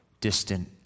distant